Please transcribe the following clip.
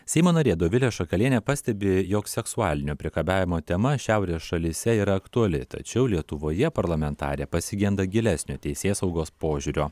seimo narė dovilė šakalienė pastebi jog seksualinio priekabiavimo tema šiaurės šalyse yra aktuali tačiau lietuvoje parlamentarė pasigenda gilesnio teisėsaugos požiūrio